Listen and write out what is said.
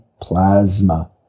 plasma